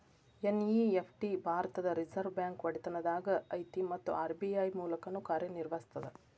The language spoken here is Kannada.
ಎನ್.ಇ.ಎಫ್.ಟಿ ಭಾರತದ್ ರಿಸರ್ವ್ ಬ್ಯಾಂಕ್ ಒಡೆತನದಾಗ ಐತಿ ಮತ್ತ ಆರ್.ಬಿ.ಐ ಮೂಲಕನ ಕಾರ್ಯನಿರ್ವಹಿಸ್ತದ